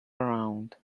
around